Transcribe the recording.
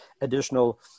additional